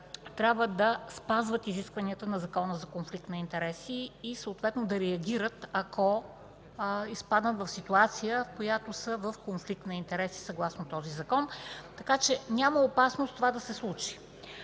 трябва да спазват изискванията на Закона за конфликт на интереси и съответно да реагират, ако изпаднат в ситуация, в която са в конфликт на интереси, съгласно този закон. Няма опасност това да се случи.